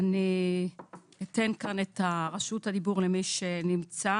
אני אתן את רשות הדיבור למי שנמצא.